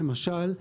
למשל,